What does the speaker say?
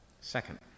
Second